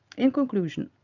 in conclusion,